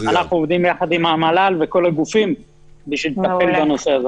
אנחנו עובדים יחד עם המל"ל וכל הגופים בשביל לטפל בנושא הזה.